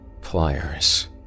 pliers